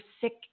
sick